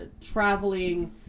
traveling